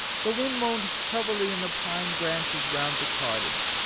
the wind moaned heavily in the pine branches round the cottage.